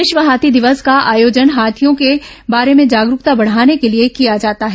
विश्व हाथी दिवस का आयोजन हाथियों के बारे में जागरूकता बढ़ाने के लिए किया जाता है